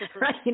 Right